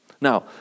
Now